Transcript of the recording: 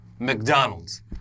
McDonald's